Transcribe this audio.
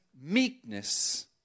meekness